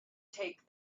take